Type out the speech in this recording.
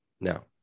Now